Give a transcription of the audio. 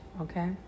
Okay